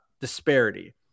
disparity